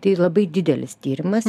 tai labai didelis tyrimas